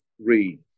read